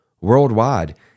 worldwide